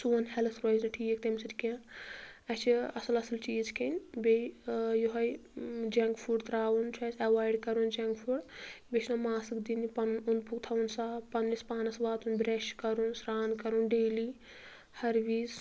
سون ہٮ۪لٕتھ روزِ نہٕ ٹھیٖک تَمہِ سۭتۍ کینٛہہ اَسہِ چھِ اَصٕل اَصٕل چیٖز کھیٚنۍ بیٚیہِ یہوے جنٛک فُڈ ترٛاوُن چھُ اَسہِ اٮ۪وایِڈ کَرُن جنٛک فُڈ بیٚیہِ چھ ماسٕک دِنہِ پَنُن اوٚند پوٚکھ تھَاوُن صاف پَنٛنِس پانَس واتُن برٛٮ۪ش کَرُن سرٛان کَرُن ڈیلی ہر وِز